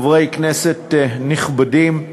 חברי כנסת נכבדים,